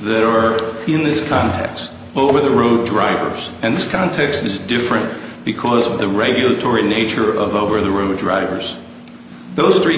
that are in this context over the road drivers and this context is different because of the regulatory nature of over the road drivers those three